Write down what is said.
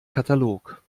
katalog